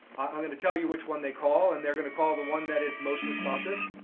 i'm gonna tell you which one they call and they're gonna call the one that is most responsive.